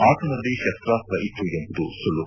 ಆತನಲ್ಲಿ ಶಸ್ತ್ರಾಸ್ತ್ರ ಇತ್ತು ಎಂಬುದು ಸುಳ್ಳು